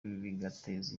bigateza